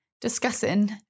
discussing